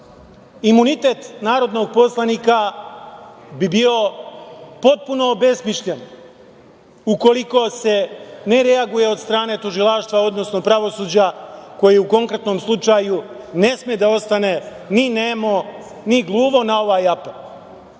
reaguju. Imunitet narodnog poslanika bi bio potpuno obesmišljen ukoliko se ne reaguje od strane tužilaštva, odnosno pravosuđa koje u konkretnom slučaju ne sme da ostane ni nemo, ni gluvo na ovaj apel.